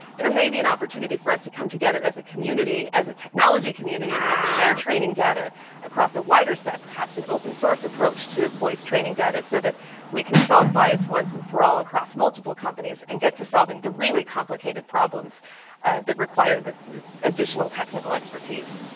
there may be an opportunity for us to come together as a community, as a technology community, and share trading data across a wider set, perhaps an open source approach to voice training data so that we can solve bias once and for all across multiple companies, and get to solving the really complicated problems that require additional technical expertise.